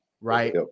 right